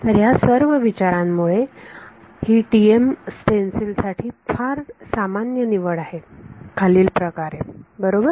तर ह्या सर्व विचारांमुळे ही TM स्टेन्सिल साठी फार सामान्य निवड आहे खालील प्रकारे बरोबर